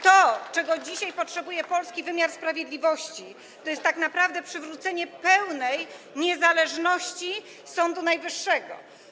To, czego dzisiaj potrzebuje polski wymiar sprawiedliwości, to tak naprawdę przywrócenie pełnej niezależności Sądu Najwyższego.